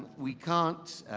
we can't,